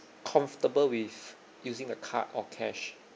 comfortable with using the card or cash